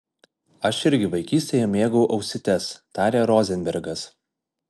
aš irgi vaikystėje mėgau ausytes tarė rozenbergas